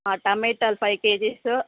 టమేటాలు five kgs